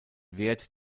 wert